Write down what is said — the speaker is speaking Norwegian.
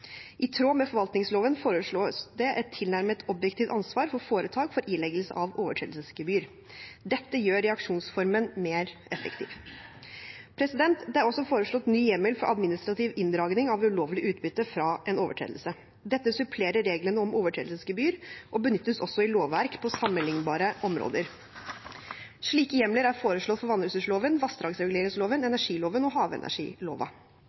I tråd med forvaltningsloven foreslås det et tilnærmet objektivt ansvar for foretak for ileggelse av overtredelsesgebyr. Dette gjør reaksjonsformen mer effektiv. Det er også foreslått ny hjemmel for administrativ inndragning av ulovlig utbytte fra en overtredelse. Dette supplerer reglene om overtredelsesgebyr og benyttes også i lovverk på sammenlignbare områder. Slike hjemler er foreslått for vannressursloven, vassdragsreguleringsloven, energiloven og